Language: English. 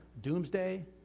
doomsday